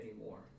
anymore